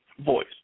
voice